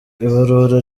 ibarura